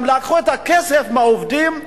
גם לקחו את הכסף מהעובדים,